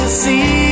see